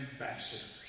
ambassadors